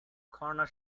corner